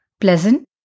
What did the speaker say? pleasant